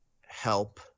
help